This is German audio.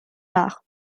nach